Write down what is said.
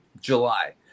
July